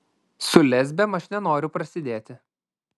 su lesbėm aš nenoriu prasidėti